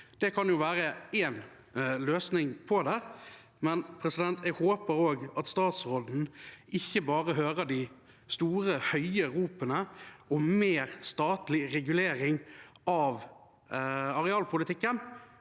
Det kan være én løsning på det. Jeg håper statsråden ikke bare hører de høye ropene om mer statlig regulering av arealpolitikken,